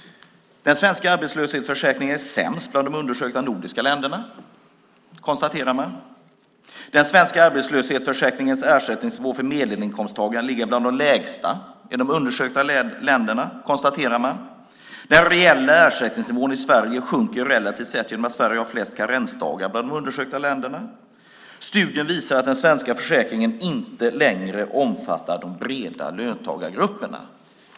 Den svenska arbetslöshetsförsäkringen är sämst bland de undersökta i de nordiska länderna, konstaterar man. Den svenska arbetslöshetsförsäkringens ersättningsnivå för medelinkomsttagaren ligger bland de lägsta i de undersökta länderna, konstaterar man. Den reella ersättningsnivån i Sverige sjunker relativt sett genom att Sverige har flest karensdagar bland de undersökta länderna. Studien visar att den svenska försäkringen inte längre omfattar de breda löntagargrupperna.